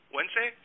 Wednesday